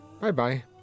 Bye-bye